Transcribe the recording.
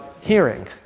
hearing